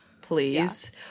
Please